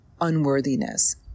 unworthiness